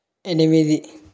ఎనిమిది